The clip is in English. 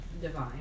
divine